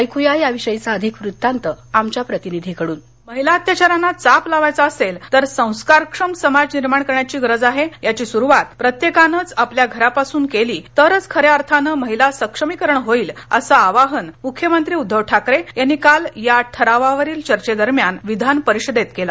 ऐक्या याविषयीचा अधिक वृत्तांत आमच्या प्रतिनिधीकडून महिला अत्याचारांना चाप लावायचा असेल तर संस्कारक्षम समाज निर्माण करण्याची गरज आहे याची सुरुवात प्रत्येकानेच आपल्या घरापासून केली तरच खऱ्या अर्थानं महिला सक्षमीकरण होईल असं आवाहन मुख्यमंत्री उद्धव ठाकरे यांनीकाल या ठरावावरील चर्चे दरम्यान विधानपरिषदेत केलं